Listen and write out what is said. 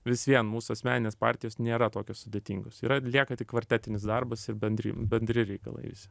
vis vien mūsų asmeninės partijos nėra tokios sudėtingos yra lieka tik kvartetinis darbas ir bendri bendri reikalai visi